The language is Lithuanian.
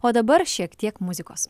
o dabar šiek tiek muzikos